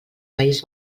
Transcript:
país